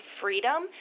freedom